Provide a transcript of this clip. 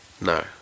No